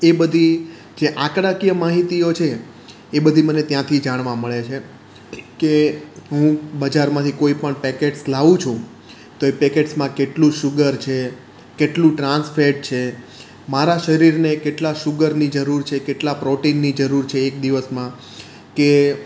એ બધી જે આંકડાકીય માહિતીઓ છે એ બધી મને ત્યાંથી જાણવા મળે છે કે હું બજારમાંથી કોઇ પણ પેકેટ્સ લાવું છું તો એ પેકેટ્સમાં કેટલું શુગર છે કેટલું ટ્રાન્સફેટ છે મારાં શરીરને કેટલાં શુગરની જરૂર છે કેટલાં પ્રોટીનની જરૂર છે એક દિવસમાં કે